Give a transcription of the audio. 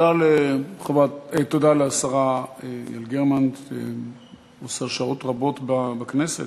תודה לשרה יעל גרמן, שעושה שעות רבות בכנסת.